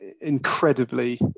incredibly